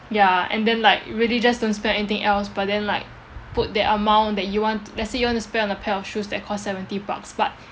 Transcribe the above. ya and then like really just don't spend anything else but then like put that amount that you want t~ let's say you want to spend on a pair of shoes that cost seventy bucks but